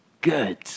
good